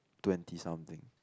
twenty something